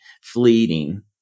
fleeting